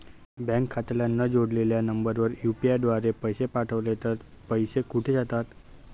Bank खात्याला न जोडलेल्या नंबरवर यु.पी.आय द्वारे पैसे पाठवले तर ते पैसे कुठे जातात?